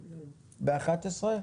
ב-11.